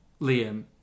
Liam